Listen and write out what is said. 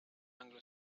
anglo